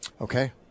Okay